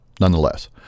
nonetheless